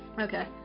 Okay